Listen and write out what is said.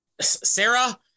Sarah